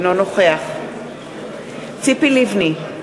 אינו נוכח ציפי לבני,